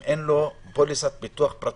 אם אין לו פוליסת ביטוח פרטית.